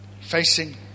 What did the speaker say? facing